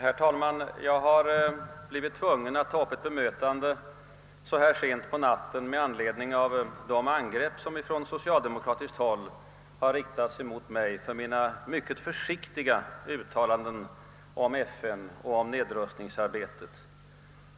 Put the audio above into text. Herr talman! Jag har blivit tvungen att göra ett bemötande så här sent på natten med anledning av de angrepp som från socialdemokratiskt håll har riktats mot mig för mina mycket försiktiga uttalanden om FN och nedrustningsarbetet.